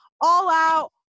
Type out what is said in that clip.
all-out